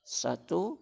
satu